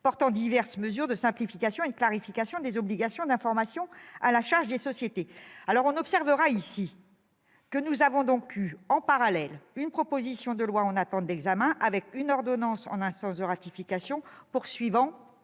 portant diverses mesures de simplification et de clarification des obligations d'information à la charge des sociétés. On observera dans ce cas qu'il existait en parallèle une proposition de loi en attente d'examen et une ordonnance en instance de ratification qui